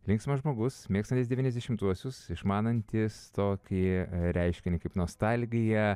linksmas žmogus mėgstantis devyniasdešimtuosius išmanantis tokį reiškinį kaip nostalgija